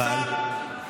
אבל צריך לסיים.